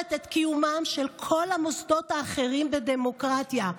שמאפשרת את קיומם של כל המוסדות האחרים בדמוקרטיה.